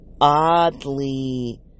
oddly